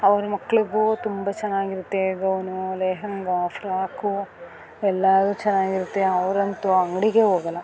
ಅವ್ರ ಮಕ್ಳಿಗೂ ತುಂಬ ಚೆನ್ನಾಗಿರುತ್ತೆ ಗೌನು ಲೆಹೆಂಗಾ ಫ್ರಾಕು ಎಲ್ಲದೂ ಚೆನ್ನಾಗಿರುತ್ತೆ ಅವ್ರಂತೂ ಅಂಗಡಿಗೆ ಹೋಗೋಲ್ಲ